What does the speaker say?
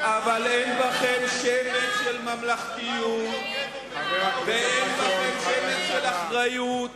אבל אין בכם שמץ של ממלכתיות ואין בכם שמץ של אחריות,